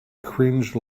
cringe